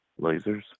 lasers